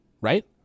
right